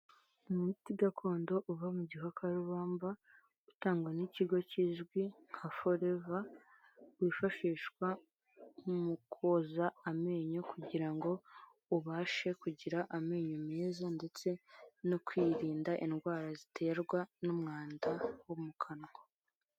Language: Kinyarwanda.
Umuti gakondo uva mu gikakarubamba utangwa n'ikigo kizwi nka Foreva, wifashishwa mu koza amenyo kugira ngo ubashe kugira amenyo meza ndetse no kwirinda indwara ziterwa n'umwanda wo mu kanwa.